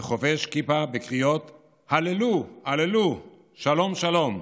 וחובש כיפה בקריאות "הללו, הללו", "שלום, שלום",